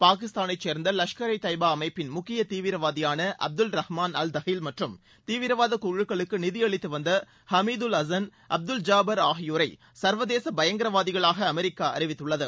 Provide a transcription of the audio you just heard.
பாகிஸ்தானைச் சேர்ந்த லஷ்கர் இ தொய்பா அமைப்பின் முக்கிய தீவிரவாதியான அப்துல் ரஹ்மான் அல் தஹில் மற்றும் தீவிரவாதக் குழுக்களுக்கு நிதியளித்து வந்த ஹமீது உல் அசன் அப்துல் ஜாபர் ஆகியோரை சர்வதேச பயங்கரவாதிகளாக அமெரிக்கா அறிவித்துள்ளது